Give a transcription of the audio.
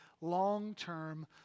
long-term